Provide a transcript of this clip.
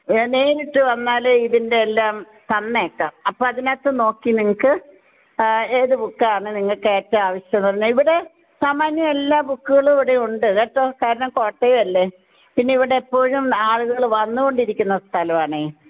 നേരിട്ട് വന്നാലേ ഇതിന്റെ എല്ലാം തന്നേക്കാം അപ്പോൾ അതിനകത്ത് നോക്കി നിങ്ങൾക്ക് ഏത് ബുക്കാ എന്ന് നിങ്ങൾക്ക് ഏറ്റവും ആവശ്യം ഉള്ളത് ഇവിടെ സാമാന്യം എല്ലാ ബുക്കുകളും ഇവിടെ ഉണ്ട് കേട്ടോ സ്ഥലം കോട്ടയം അല്ലേ പിന്നെ ഇവിടെ എപ്പോഴും ആളുകള് വന്നുകൊണ്ടിരിക്കുന്ന സ്ഥലമാണേ